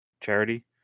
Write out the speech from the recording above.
charity